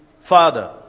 father